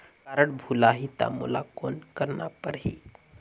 Card भुलाही ता मोला कौन करना परही?